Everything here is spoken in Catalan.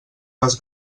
les